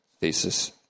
thesis